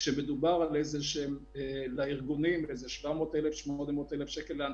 הנושא השלישי על סדר היום התווסף אפרופו